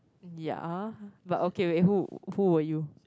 yeah but okay with who who were you